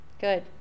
Good